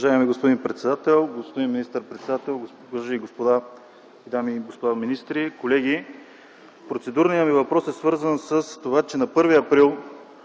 Уважаеми господин председател, господин министър-председател, дами и господа министри, колеги! Процедурният ми въпрос е свързан с това, че на 1 април